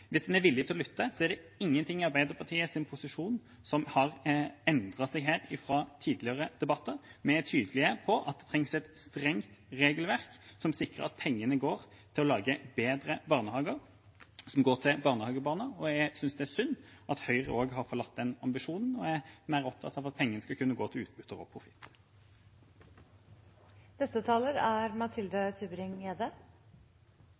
Hvis man er villig til å lytte, er det ingenting i Arbeiderpartiets posisjon som har endret seg fra tidligere debatter. Vi er tydelige på at det trengs et strengt regelverk som sikrer at pengene går til å få bedre barnehager, til barnehagebarna, og jeg synes det er synd at Høyre også har forlatt den ambisjonen og er mer opptatt av at pengene skal kunne gå til utbytte og